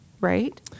right